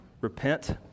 repent